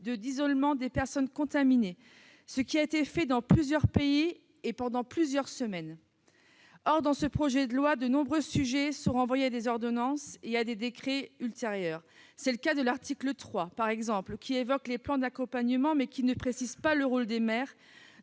d'isolement des personnes contaminées. C'est ce qui a été fait dans plusieurs pays, et ce depuis plusieurs semaines. Dans ce projet de loi, de nombreux sujets sont renvoyés à des ordonnances et à des décrets ultérieurs. Ainsi, l'article 3 évoque les plans d'accompagnement, mais ne précise pas le rôle des maires